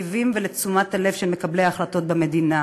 לתקציבים ולתשומת הלב של מקבלי ההחלטות במדינה,